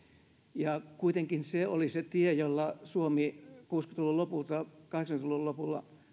ja kuitenkin se oli se tie jolla suomi kuusikymmentä luvun lopulta alkaen kahdeksankymmentä luvun lopulla